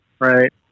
right